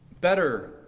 better